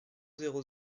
zéro